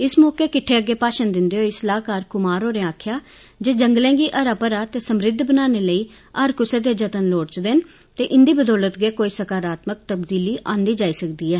इस मौके किट्ठे अग्गे भाषण दिंदे होई सलाहकार कुमार होरे आखेआ जे जंगले गी हरा भरा ते समृद्ध बनाने लेई हर कुसा दे जतन लोड़चदे न ते इंदी बदौलत गै कोई समारात्मक तब्दीली आंदी जाई सकदी ऐ